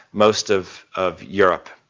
most of of europe.